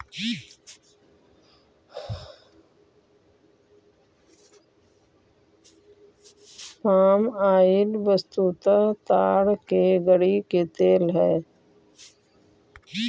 पाम oil वस्तुतः ताड़ के गड़ी के तेल हई